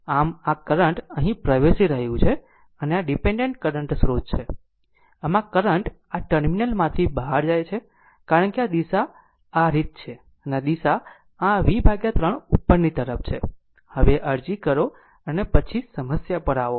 આમ આ કરંટ અહીં પ્રવેશી રહ્યું છે અને આ ડીપેન્ડેન્ટ કરંટ સ્રોત છે આમ આ કરંટ આ ટર્મિનલ માંથી બહાર જાય છે કારણ કે દિશા આ રીત છે અને આ દિશા આ v 3 ઉપરની તરફ છે હવે અરજી કરો અને પછી સમસ્યા પર પર આવો